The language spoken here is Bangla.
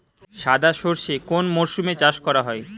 সাদা সর্ষে কোন মরশুমে চাষ করা হয়?